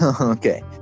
Okay